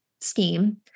scheme